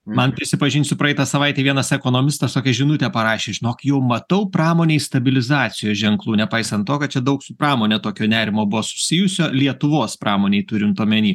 man prisipažinsiu praeitą savaitę vienas ekonomistas tokią žinutę parašė žinok jau matau pramonėj stabilizacijos ženklų nepaisant to kad čia daug su pramone tokio nerimo buvo susijusio lietuvos pramonėj turint omeny